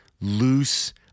loose